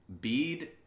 bead